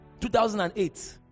2008